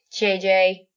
JJ